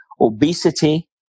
obesity